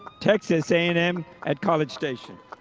texas a and m at college station.